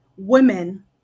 women